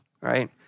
right